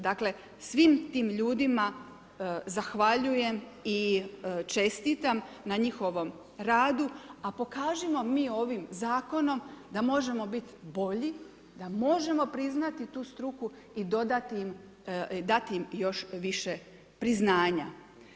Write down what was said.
Dakle, svim tim ljudima zahvaljujem i čestitam na njihovom radu, a pokažimo mi ovim zakonom da možemo biti bolji, da možemo priznati tu struku i dati im još više priznanja.